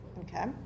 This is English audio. Okay